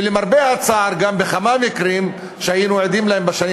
ולמרבה הצער בכמה מקרים שהיינו עדים להם בשנים